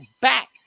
back